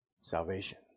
salvation